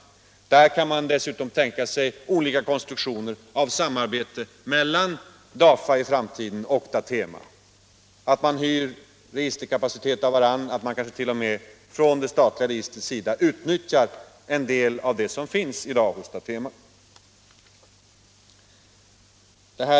Där kan man dessutom i framtiden tänka sig olika konstruktioner av samarbete mellan DAFA och Datema, t.ex. att DAFA hyr registerkapacitet av Datema, att man från det statliga registrets sida utnyttjar en del av det som finns i dag hos Datema etc.